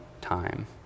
time